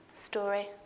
story